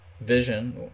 Vision